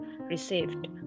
received